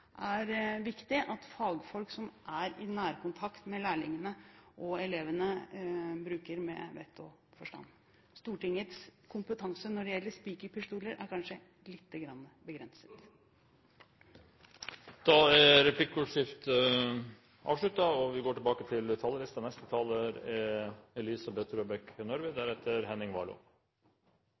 er viktig at fagfolk som er i nærkontakt med lærlinger og elever, bruker vett og forstand. Stortingets kompetanse når det gjelder spikerpistoler, er kanskje litt begrenset. Replikkordskiftet er avsluttet. Yrkesopplæringen er